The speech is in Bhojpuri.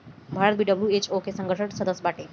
भारत भी डब्ल्यू.एच.ओ संगठन के सदस्य बाटे